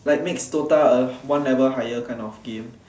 like makes DOTA a one level higher kind of game